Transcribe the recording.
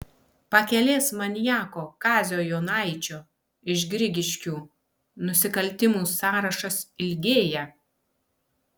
pakelės maniako kazio jonaičio iš grigiškių nusikaltimų sąrašas ilgėja